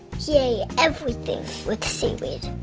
she ate everything with seaweed.